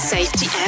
Safety